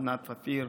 ענת פפיר,